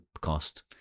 cost